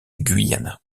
guyana